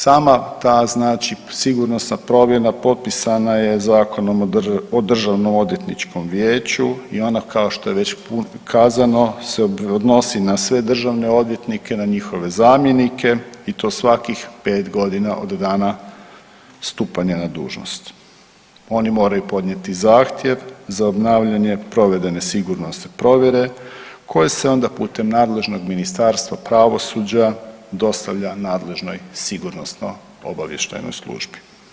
Sama ta znači sigurnosna promjena potpisana je Zakonom o državno odvjetničkom vijeću i ona kao što je već kazano se odnosi na sve državne odvjetnike, na njihove zamjenike i to svakih 5 godina od dana stupanja na dužnost oni moraju podnijeti zahtjev za obnavljanje provedene sigurnosne provjere koje se onda putem nadležnog Ministarstva pravosuđa dostavlja nadležnoj Sigurnosno-obavještajnoj službi.